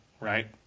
right